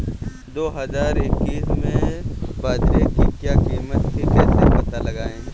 दो हज़ार इक्कीस में बाजरे की क्या कीमत थी कैसे पता लगाएँ?